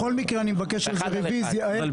בכל מקרה, אני מבקש על זה